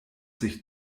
sich